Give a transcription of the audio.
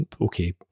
okay